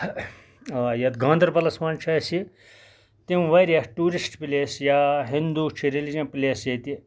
آ یَتھ گاندَربَلَس مَنٛز چھُ اَسہٕ تِم واریاہ ٹیورسٹ پٕلیس یا ہِنٛدو چھِ ریٚلِجَن پٕلیس ییٚتہٕ